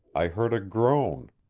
i heard a groan.